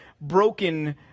broken